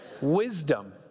Wisdom